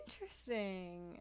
Interesting